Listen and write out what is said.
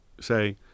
say